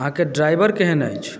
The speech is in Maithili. अहाँके ड्राइवर केहन अछि